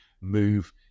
move